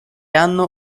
anno